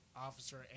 Officer